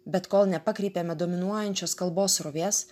bet kol nepakreipiame dominuojančios kalbos srovės